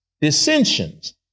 dissensions